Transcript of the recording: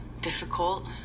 difficult